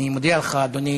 אני מודיע לך, אדוני